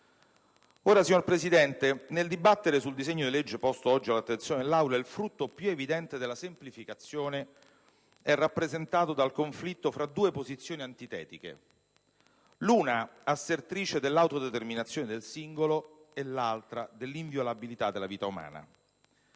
Signora Presidente, nel dibattere sul disegno di legge posto oggi all'attenzione dell'Assemblea, il frutto più evidente della semplificazione è rappresentato dal conflitto tra due posizioni antitetiche, l'una assertrice dell'autodeterminazione del singolo e l'altra dell'inviolabilità della vita umana.